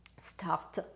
start